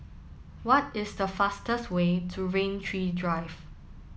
what is the fastest way to Rain Tree Drive